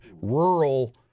rural